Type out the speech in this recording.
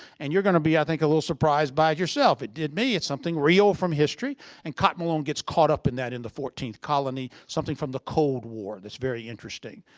and you're going to be, i think, a little surprised by it yourself. it did me. it's something real from history and cotton malone gets caught up in that in the fourteenth colony. something from the cold war that's very interesting.